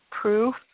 proof